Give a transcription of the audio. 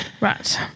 Right